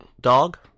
dog